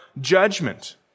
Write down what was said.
judgment